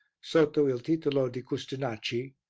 sotto il titolo di custonaci,